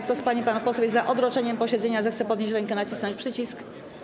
Kto z pań i panów posłów jest za odroczeniem posiedzenia, zechce podnieść rękę i nacisnąć przycisk.